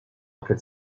qu’elle